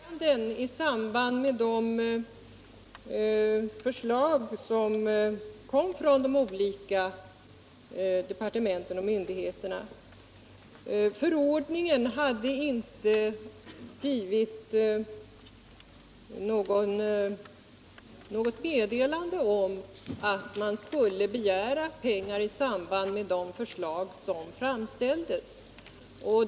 Herr talman! Fru Leijon säger att det finns inga pengar i budgeten. Nej, det är riktigt, därför att det fanns inga äskanden i samband med de förslag som kom från de olika departementen och myndigheterna. Förordningen innehöll inget meddelande om att man skulle begära pengar i samband med de förslag som framställdes.